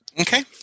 okay